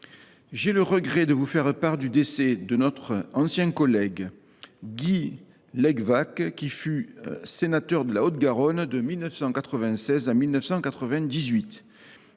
J’ai le regret de vous faire part du décès de notre ancien collègue Guy Lèguevaques, qui fut sénateur de la Haute Garonne de 1996 à 1998,